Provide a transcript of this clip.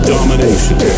Domination